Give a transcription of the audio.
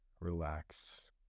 relax